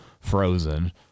frozen